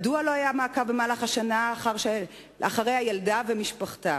מדוע לא היה מעקב במהלך השנה אחרי הילדה ומשפחתה?